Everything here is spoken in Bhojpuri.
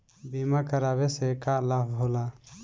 बीमा करावे से का लाभ होला?